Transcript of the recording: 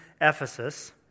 Ephesus